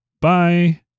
Bye